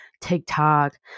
TikTok